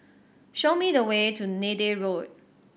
show me the way to Neythai Road